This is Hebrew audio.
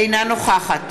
אינה נוכחת